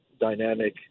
dynamic